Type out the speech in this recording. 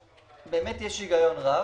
באמת יש היגיון רב,